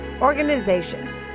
organization